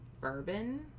bourbon